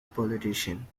politician